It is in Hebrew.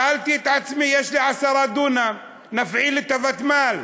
שאלתי את עצמי, יש לי 10 דונם, נפעיל את הוותמ"ל.